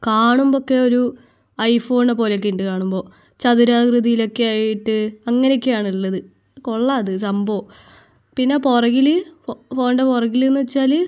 കാണുമ്പൊഴൊക്കെ ഒരു iPhone പോലക്കെ ഉണ്ട് കാണുമ്പോൾ ചതുരാകൃതീലക്കെ ആയിട്ട് അങ്ങനക്കെയാണ് ഉള്ളത് കൊള്ളാമത് സംഭവം പിന്നെ പുറകിൽ ഫോ ഫോണിൻ്റെ പുറകിലെന്ന് വെച്ചാൽ